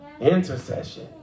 Intercession